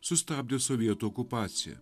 sustabdė sovietų okupacija